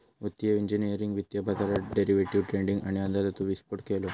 वित्तिय इंजिनियरिंगने वित्तीय बाजारात डेरिवेटीव ट्रेडींग आणि अंदाजाचो विस्फोट केलो